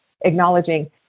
acknowledging